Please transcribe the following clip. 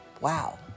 Wow